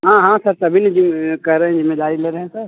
हाँ हाँ सर तभी न कह रहें जिम्मेदारी ले रहे हैं सर